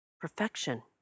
Perfection